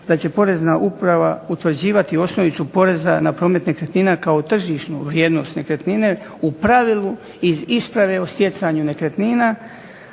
da će Porezna uprava utvrđivati osnovicu poreza na promet nekretnina kao tržišnu vrijednost nekretnine, u pravilu iz isprave o stjecanju nekretnina